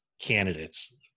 candidates –